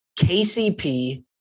KCP